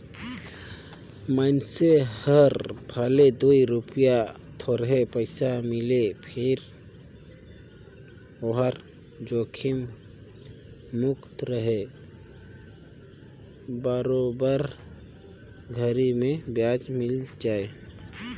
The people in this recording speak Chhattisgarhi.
मइनसे हर भले दूई रूपिया थोरहे पइसा मिले फिर ओहर जोखिम मुक्त रहें बरोबर घरी मे बियाज मिल जाय